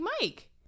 Mike